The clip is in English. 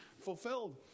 fulfilled